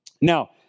Now